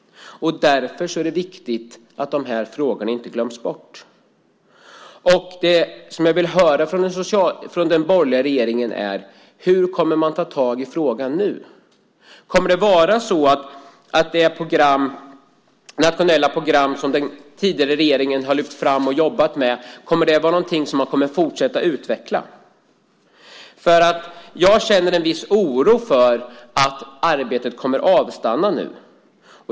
Därför är det viktigt att dessa frågor inte glöms bort. Hur kommer den borgerliga regeringen att ta tag i frågan nu? Kommer det nationella program som den tidigare regeringen har lyft fram och jobbat med att vara någonting som man kommer att fortsätta att utveckla? Jag känner en viss oro för att arbetet kommer att avstanna nu.